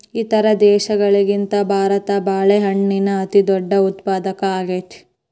ಇತರ ದೇಶಗಳಿಗಿಂತ ಭಾರತ ಬಾಳೆಹಣ್ಣಿನ ಅತಿದೊಡ್ಡ ಉತ್ಪಾದಕ ಆಗೈತ್ರಿ